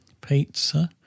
pizza